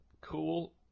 cool